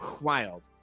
wild